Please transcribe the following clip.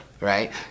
right